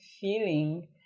feeling